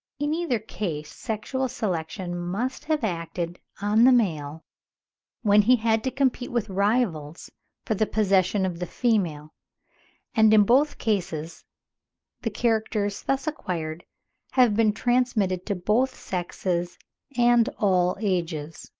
in either case sexual selection must have acted on the male when he had to compete with rivals for the possession of the female and in both cases the characters thus acquired have been transmitted to both sexes and all ages.